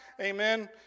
Amen